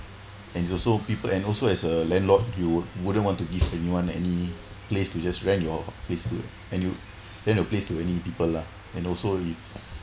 and also people and also as a landlord you wouldn't want to give anyone any place to just rent your place too and you rent a place to any people lah and also